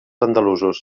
andalusos